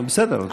נו, בסדר.